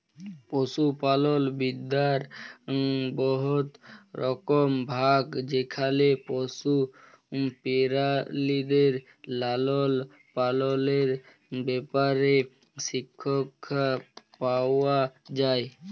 পশুপালল বিদ্যার বহুত রকম ভাগ যেখালে পশু পেরালিদের লালল পাললের ব্যাপারে শিখ্খা পাউয়া যায়